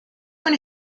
con